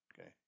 Okay